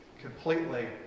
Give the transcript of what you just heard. completely